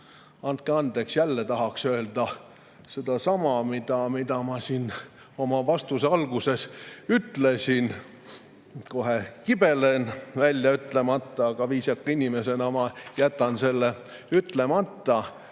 andke andeks, jälle tahaks öelda sedasama, mida ma oma vastuse alguses ütlesin. Kohe kibelen välja ütlema, aga viisaka inimesena jätan ma selle ütlemata.